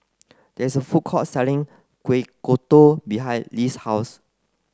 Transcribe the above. there is a food court selling Kueh Kodok behind Less' house